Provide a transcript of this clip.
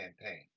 campaign